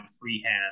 freehand